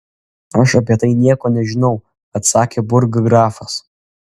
aš apie tai nieko nežinau atsakė burggrafas